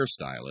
hairstylist